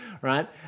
right